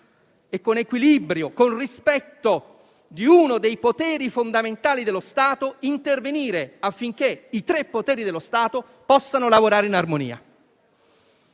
e, con equilibrio, con rispetto di uno dei poteri fondamentali dello Stato, intervenire affinché i tre poteri dello Stato possano lavorare in armonia.